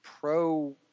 pro